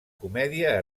comèdia